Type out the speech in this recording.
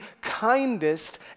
kindest